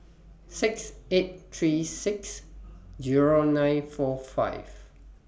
six eight three six Zero nine four five